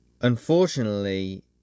unfortunately